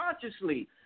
consciously